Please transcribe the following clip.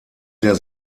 der